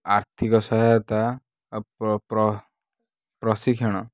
ଆର୍ଥିକ ସହାୟତା ପ୍ରଶିକ୍ଷଣ